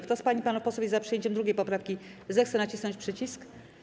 Kto z pań i panów posłów jest za przyjęciem 2. poprawki, zechce nacisnąć przycisk.